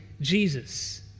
Jesus